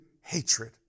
hatred